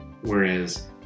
whereas